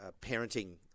parenting